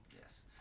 Yes